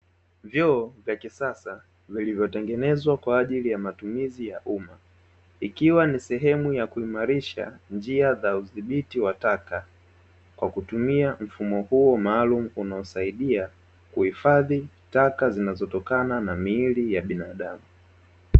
Vyoo vya kisasa vilivyotengenezwa kwa ajili ya matumizi ya umma, ikiwa ni sehemu ya kuhimarisha njia za udhibiti wa taka, kwa kutumia mfumo huo maalumu unaosaidia kuhifadhi taka zinazotokana na miili ya binadamu.